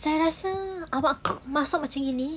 saya rasa awak masuk sendiri